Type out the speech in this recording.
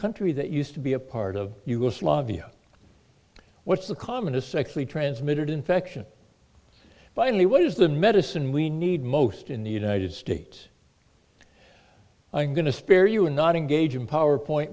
country that used to be a part of yugoslavia what's the commonest sexually transmitted infection by only what is the medicine we need most in the united states i'm going to spare you and not engage in powerpoint